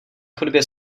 chodbě